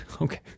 Okay